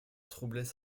troublaient